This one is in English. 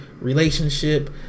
relationship